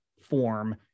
form